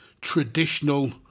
traditional